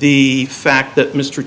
the fact that mr